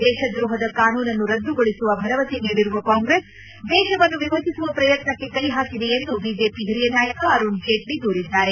ದೇತದ್ರೋಹದ ಕಾನೂನನ್ನು ರದ್ದುಗೊಳಿಸುವ ಭರವಸೆ ನೀಡಿರುವ ಕಾಂಗ್ರೆಸ್ ದೇಶವನ್ನು ವಿಭಜಿಸುವ ಪ್ರಯತ್ನಕ್ಷ ಕ್ನೆಹಾಕಿದೆ ಎಂದು ಬಿಜೆಪಿಯ ಹಿರಿಯ ನಾಯಕ ಅರುಣ್ ಜೇಟ್ಲಿ ದೂರಿದ್ದಾರೆ